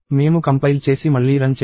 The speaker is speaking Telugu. మేము కంపైల్ చేసి మళ్లీ రన్ చేస్తాము